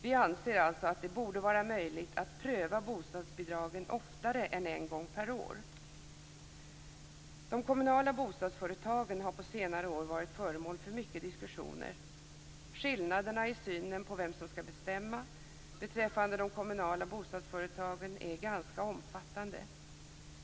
Vi anser alltså att det borde vara möjligt att pröva bostadsbidragen oftare än en gång per år. De kommunala bostadsföretagen har på senare år varit föremål för mycket diskussioner. Skillnaderna i synen på vem som skall bestämma beträffande de kommunala bostadsföretagen är ganska omfattande.